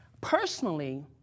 personally